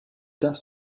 does